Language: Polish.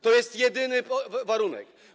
To jest jedyny warunek.